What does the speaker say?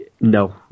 no